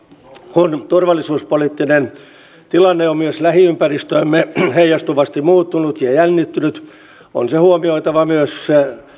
kun turvallisuuspoliittinen tilanne on myös lähiympäristöömme heijastuvasti muuttunut ja jännittynyt on se huomioitava myös